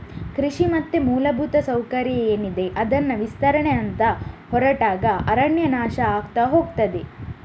ಕೃಷಿ ಮತ್ತೆ ಮೂಲಭೂತ ಸೌಕರ್ಯ ಏನಿದೆ ಅದನ್ನ ವಿಸ್ತರಣೆ ಅಂತ ಹೊರಟಾಗ ಅರಣ್ಯ ನಾಶ ಆಗ್ತಾ ಹೋಗ್ತದೆ